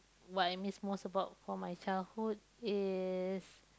what I missed most about for my childhood is